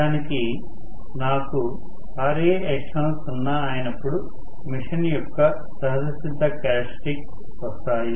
నిజానికి నాకు Raextసున్నా అయినప్పుడు మిషన్ యొక్క సహజసిద్ధ క్యారెక్టర్ స్టిక్స్ వస్తాయి